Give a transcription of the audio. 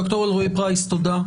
ד"ר אלרעי-פרייס, תודה.